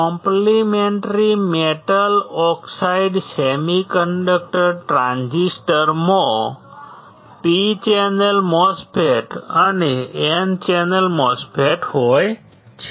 complementary metal oxide semiconductor ટ્રાન્ઝિસ્ટરમાં P channel MOSFET અને N channel MOSFET હોય છે